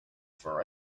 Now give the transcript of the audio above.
for